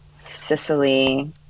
Sicily